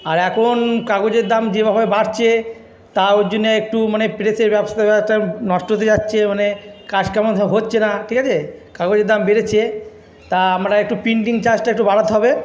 আর এখন কাগজের দাম যেভাবে বাড়ছে তা ওর জন্যে একটু মানে প্রেসের নষ্ট হতে যাচ্ছে মানে কাজটা হচ্ছে না ঠিক আছে কাগজের দাম বেড়েছে তা আমরা একটু প্রিন্টিং চার্জটা একটু বাড়াতে হবে